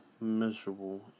miserable